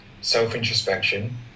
self-introspection